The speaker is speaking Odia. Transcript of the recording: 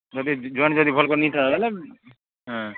ଯଦି ଜଏଣ୍ଟ୍ ଯଦି ଭଲ୍ କରି ନେଇଁ ଥାଏ ହେଲେ ହଁ